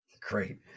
Great